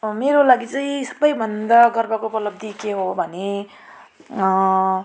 मेरो लागि चाहिँ सबै भन्दा गर्वको उपलब्धि के हो भने